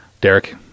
Derek